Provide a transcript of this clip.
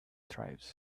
tribes